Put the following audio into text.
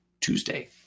Tuesday